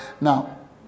Now